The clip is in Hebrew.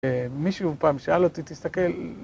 מישהו פעם שאל אותי, תסתכל